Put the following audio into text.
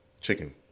chicken